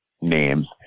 names